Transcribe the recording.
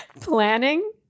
Planning